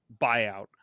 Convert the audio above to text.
buyout